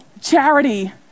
charity